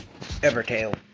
Evertail